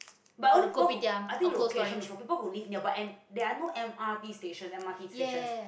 but only both who I think location also people who live nearby but and there are no M_R_T station M_R_T station